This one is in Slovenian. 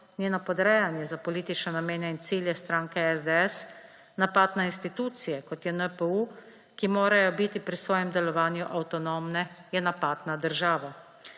njeno podrejanje za politične namene in cilje stranke SDS, napad na institucije, kot je NPU, ki morajo biti pri svojem delovanju avtonomne, je napad na državo.